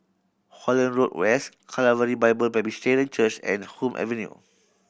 Holland Road West Calvary Bible Presbyterian Church and Hume Avenue